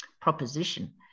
proposition